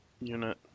unit